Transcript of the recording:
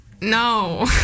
No